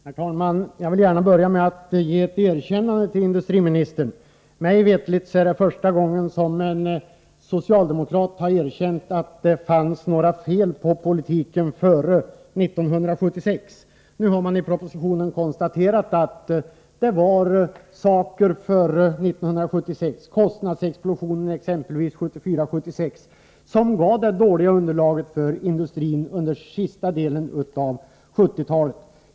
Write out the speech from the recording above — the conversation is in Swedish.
Herr talman! Jag vill gärna börja med att ge industriministern ett erkännande. Mig veterligt är det första gången som en socialdemokrat har erkänt att det fanns några fel på politiken före 1976. Nu har man i propositionen konstaterat att det var en del inslag i utvecklingen före 1976 — exempelvis kostnadsexplosionen 1974-1976 -— som orsakade det dåliga underlaget för industrin under den sista delen av 1970-talet.